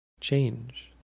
change